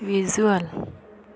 visual